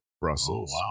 Brussels